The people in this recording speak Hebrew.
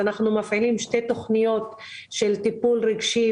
אנחנו מפעילים שתי תכניות של טיפול רגשי